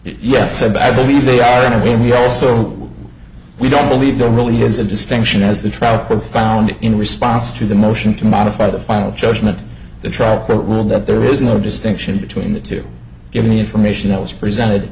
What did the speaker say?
bad believe they are in a way we also we don't believe there really is a distinction as the trial court found it in response to the motion to modify the final judgement the trial court ruled that there is no distinction between the two given the information that was presented